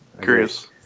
Curious